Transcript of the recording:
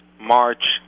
March